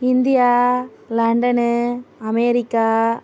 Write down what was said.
India London America